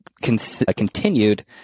continued